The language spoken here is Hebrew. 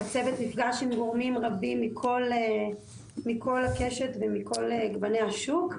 הצוות נפגש עם גורמים רבים מכל גווני השוק.